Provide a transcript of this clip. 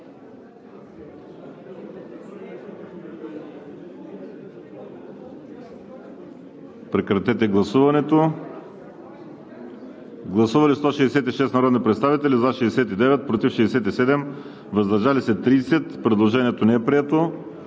неприето от Комисията. Гласували 165 народни представители: за 70, против 68, въздържали се 27. Предложението не е прието.